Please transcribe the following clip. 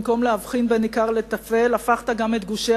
במקום להבחין בין עיקר לטפל הפכת גם את גושי